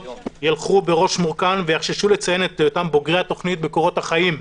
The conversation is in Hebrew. ילכו בראש מורכן ויחששו לציין את היותם בוגרי התכנית בקורות החיים שלהם,